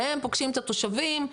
שהם פוגשים את התושבים,